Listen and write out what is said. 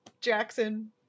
Jackson